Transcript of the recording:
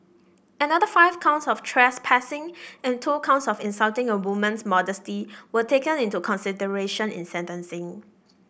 another five counts of trespassing and two counts of insulting a woman's modesty were taken into consideration in sentencing